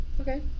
Okay